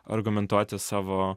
argumentuoti savo